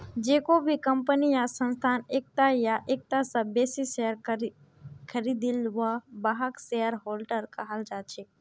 जेको भी कम्पनी या संस्थार एकता या एकता स बेसी शेयर खरीदिल छ वहाक शेयरहोल्डर कहाल जा छेक